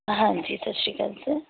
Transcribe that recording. ਹਾਂਜੀ ਸਤਿ ਸ਼੍ਰੀ ਅਕਾਲ ਸਰ